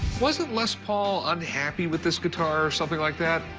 wasn't les paul unhappy with this guitar or something like that?